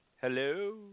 Hello